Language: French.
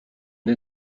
une